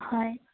হয়